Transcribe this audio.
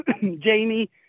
Jamie